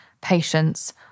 patience